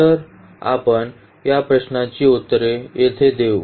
तर आपण या प्रश्नांची उत्तरे येथे देऊ